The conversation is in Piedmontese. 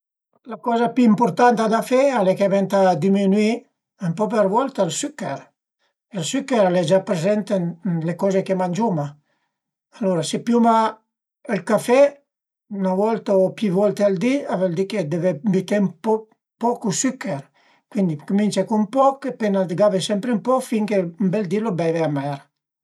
La coza pi ëmpurtanta da fe l'e che ëntà diminuì ën po për volta ël süchèr. Ël süchèr al e gia prezent ën le coze che mangiuma, alura si piuma ël café üna volta o pi volte al di, a völ di chë ti deve büté pocu süchèr, quindi cumince cun poch, pöi n'a gave sempre ën poch finché ën bel d'lu beive amer